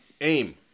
Aim